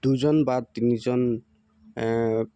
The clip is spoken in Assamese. দুজন বা তিনিজন